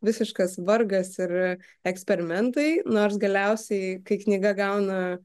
visiškas vargas ir eksperimentai nors galiausiai kai knyga gauna